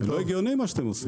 לא הגיוני מה שאתם עושים.